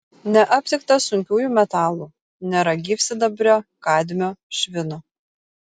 neaptikta sunkiųjų metalų nėra gyvsidabrio kadmio švino